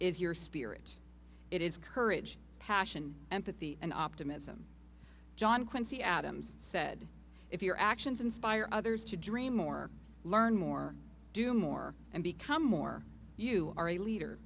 is your spirit it is courage passion empathy and optimism john quincy adams said if your actions inspire others to dream more learn more do more and become more you are a leader